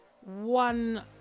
one